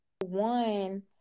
one